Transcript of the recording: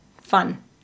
fun